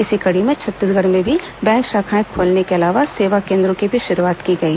इसी कड़ी में छत्तीसगढ़ में भी बैंक शाखाएं खोलने के अलावा सेवा केंद्रों की भी शुरूआत की गई